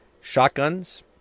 Shotguns